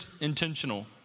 intentional